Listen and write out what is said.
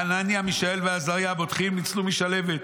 חנניה מישאל ועזריה הבוטחים ניצלו משלהבת.